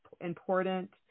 important